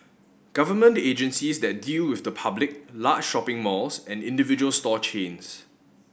government agencies that deal with the public large shopping malls and individual store chains